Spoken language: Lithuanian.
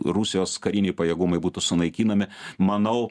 rusijos kariniai pajėgumai būtų sunaikinami manau